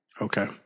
Okay